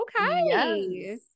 okay